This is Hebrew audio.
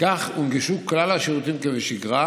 וכך הונגשו כלל השירותים כבשגרה,